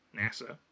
NASA